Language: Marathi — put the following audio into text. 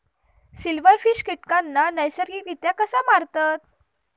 सिल्व्हरफिश कीटकांना नैसर्गिकरित्या कसा मारतत?